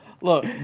look